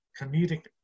comedic